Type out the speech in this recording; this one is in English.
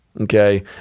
okay